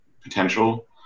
potential